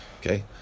Okay